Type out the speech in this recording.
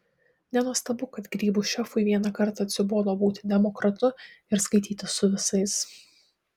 nenuostabu kad grybų šefui vieną kartą atsibodo būti demokratu ir skaitytis su visais